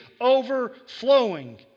overflowing